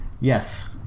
Yes